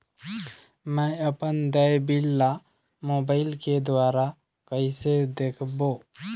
मैं अपन देय बिल ला मोबाइल के द्वारा कइसे देखबों?